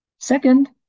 Second